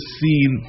seen